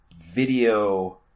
video